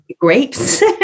grapes